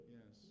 yes